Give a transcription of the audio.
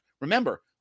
remember